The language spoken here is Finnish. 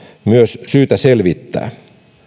myös syytä selvittää